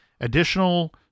Additional